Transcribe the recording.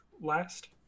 last